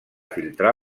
filtrar